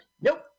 Nope